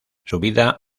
subida